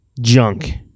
junk